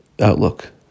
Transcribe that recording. outlook